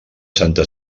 santa